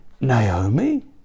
Naomi